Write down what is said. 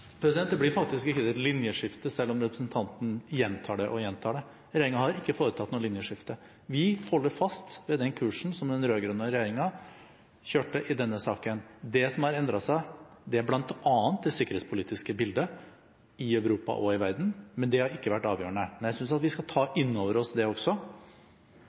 Det blir faktisk ikke et linjeskifte, selv om representanten gjentar det og gjentar det. Regjeringen har ikke foretatt noe linjeskifte. Vi holder fast ved den kursen som den rød-grønne regjeringen holdt i denne saken. Det som har endret seg, er bl.a. det sikkerhetspolitiske bildet i Europa og i verden. Det har ikke vært avgjørende, men jeg synes at vi skal ta inn over oss det også.